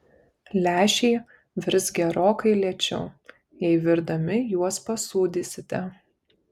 lęšiai virs gerokai lėčiau jei virdami juos pasūdysite